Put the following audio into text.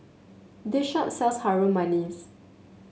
this shop sells Harum Manis